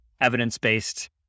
evidence-based